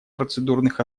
процедурных